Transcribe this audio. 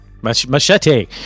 Machete